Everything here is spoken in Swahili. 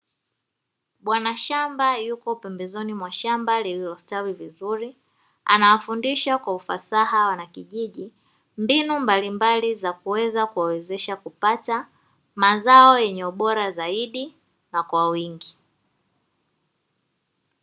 Bwanashamba yupo pembezeni mwa shamba lililostawi vizuri, anawafundisha kwa ufasaha wanakijiji mbinu mbalimbali za kuweza kuwawezesha kupata mazao yenye ubora zaidi na kwa wingi.